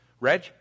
Reg